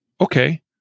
Okay